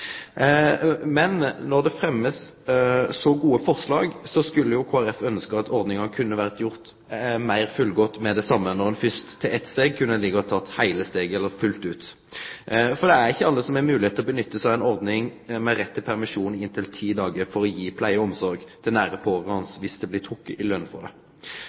Men når det blir fremma så gode forslag, skulle Kristeleg Folkeparti ønskje at ordninga hadde vore gjord meir fullgod med det same. Når ein først har teke eit steg på vegen, kunne ein like godt ha teke steget fullt ut. For det er ikkje alle som har moglegheit til å gjere seg nytte av ei ordning med rett til permisjon i inntil ti dagar for å gi pleie og omsorg til nære pårørande, dersom dei blir trekte i løn for det.